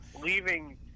leaving